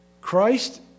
Christ